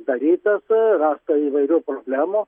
darytas rasta įvairių problemų